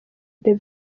des